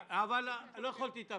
לא יכולתי להתאפק.